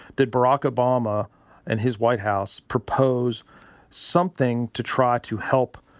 did barack obama and his white house propose something to try to help